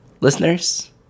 listeners